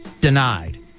denied